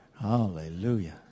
Hallelujah